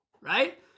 right